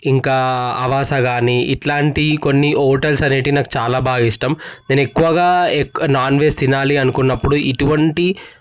ఇంకా ఆవాస గానీ ఇట్లాంటి కొన్ని హోటల్స్ అనేటివి నాకు చాలా బాగా ఇష్టం నేను ఎక్కువగా నాన్ వెజ్ తినాలి అనుకున్నపుడు ఇటువంటి